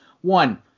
one